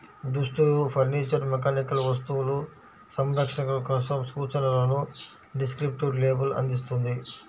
దుస్తులు, furniture, mechanical వస్తువులు, సంరక్షణ కోసం సూచనలను డిస్క్రిప్టివ్ లేబుల్ అందిస్తుంది